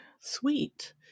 Sweet